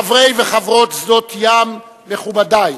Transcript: חברי וחברות שדות-ים, מכובדי,